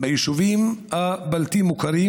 ביישובים הבלתי-מוכרים.